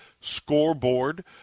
scoreboard